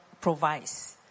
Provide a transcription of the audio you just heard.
provides